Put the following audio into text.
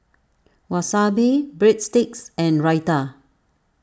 Wasabi Breadsticks and Raita